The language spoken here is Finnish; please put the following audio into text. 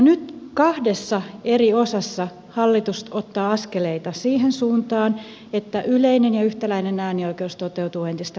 nyt kahdessa eri osassa hallitus ottaa askeleita siihen suuntaan että yleinen ja yhtäläinen äänioikeus toteutuu entistä paremmin